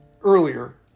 earlier